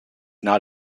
not